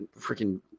freaking